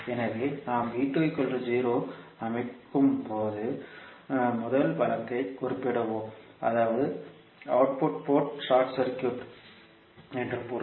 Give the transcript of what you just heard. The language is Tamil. எனவே நாம் ஐ அமைக்கும் முதல் வழக்கைக் குறிப்பிடுவோம் அதாவது அவுட்புட் போர்ட் ஷார்ட் சர்க்யூட் என்று பொருள்